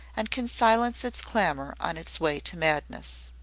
and can silence its clamor on its way to madness.